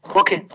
okay